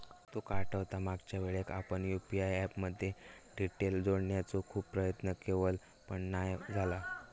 तुका आठवता मागच्यावेळेक आपण यु.पी.आय ऍप मध्ये डिटेल जोडण्याचो खूप प्रयत्न केवल पण नाय झाला